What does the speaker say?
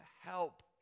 help